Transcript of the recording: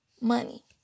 money